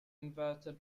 inverted